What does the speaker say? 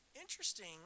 Interesting